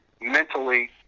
mentally